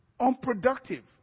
Unproductive